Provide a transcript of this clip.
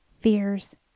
fears